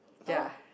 ya